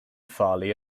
farley